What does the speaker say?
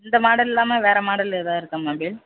இந்த மாடல் இல்லாமல் வேறு மாடல் எதாவது இருக்கா மொபைல்